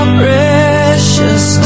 precious